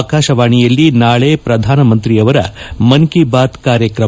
ಆಕಾಶವಾಣಿಯಲ್ಲಿ ನಾಳೆ ಪ್ರಧಾನಮಂತ್ರಿಯವರ ಮನ್ ಕಿ ಬಾತ್ ಕಾರ್ಯಕ್ರಮ